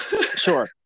Sure